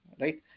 right